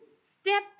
Step